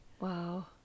Wow